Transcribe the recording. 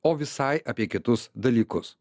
o visai apie kitus dalykus